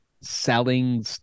selling